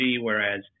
whereas